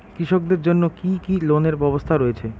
কৃষকদের জন্য কি কি লোনের ব্যবস্থা রয়েছে?